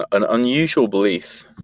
an an unusual belief.